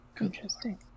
Interesting